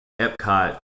Epcot